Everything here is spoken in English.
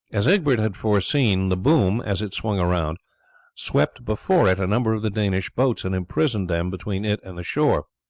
as egbert had foreseen, the boom as it swung round swept before it a number of the danish boats, and imprisoned them between it and the shore.